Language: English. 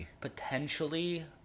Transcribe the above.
potentially